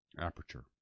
aperture